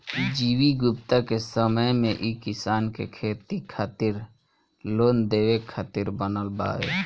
G V Gupta के समय मे ई किसान के खेती खातिर लोन देवे खातिर बनल बावे